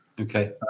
Okay